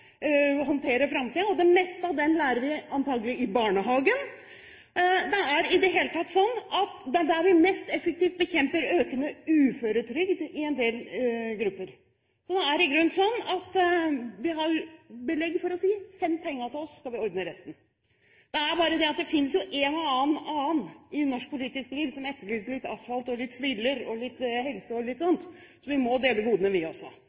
håndtere framtiden, og det meste av det lærer vi antakelig i barnehagen. Det er i det hele tatt der vi mest effektivt bekjemper økende uføretrygd i en del grupper. Det er i grunnen sånn at vi har belegg for å si: Send pengene til oss, så skal vi ordne resten. Det er bare det at det finnes jo en og annen ellers i norsk politisk liv som etterlyser litt asfalt og litt sviller, litt helse og litt annet – så vi må dele godene, vi også.